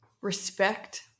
Respect